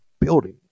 building